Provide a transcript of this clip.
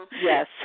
yes